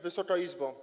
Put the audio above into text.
Wysoka Izbo!